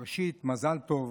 ראשית, מזל טוב